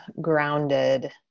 grounded